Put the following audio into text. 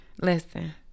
Listen